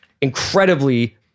incredibly